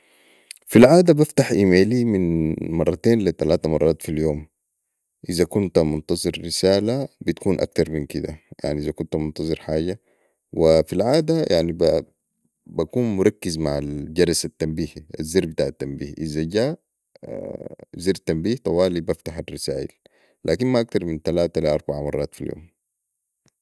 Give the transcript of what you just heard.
في العاده بفتح اميلي من مرتين لي تلاته مرات في اليوم اذا كنت منتظر رسالة بتكون اكتر من كده يعني اذا كنت منتظر حاجه وفي العاده بكون مركز مع جرس التنبيه الزر بتاع التنبيه اذا جاه زر تنبيه طوالي بفتح الرسائل لكن ما اكتر من تلاته لي اربعه مرات في اليوم